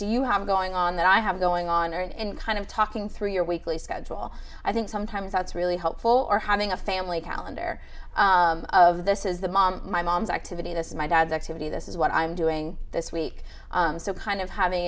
do you have going on that i have going on and kind of talking through your weekly schedule i think sometimes that's really helpful or having a family calendar of this is the mom my mom activity this is my dad's activity this is what i'm doing this week so kind of having